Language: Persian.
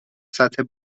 سطح